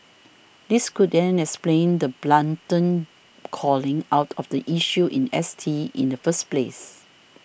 this could then explain the blatant calling out of the issue in S T in the first place